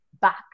back